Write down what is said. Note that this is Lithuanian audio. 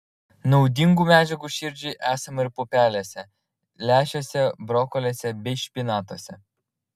naudingų medžiagų širdžiai esama ir pupelėse lęšiuose brokoliuose bei špinatuose